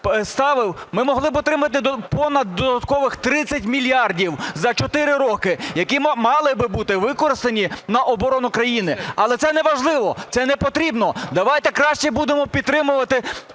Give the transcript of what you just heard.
ми могли би отримати понад додаткових 30 мільярдів за чотири роки, які мали би бути використані на оборону країні. Але це неважливо. Це непотрібно. Давайте краще будемо підтримувати